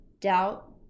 doubt